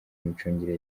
n’imicungire